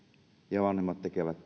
ja vanhemmat tekevät